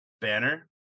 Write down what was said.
banner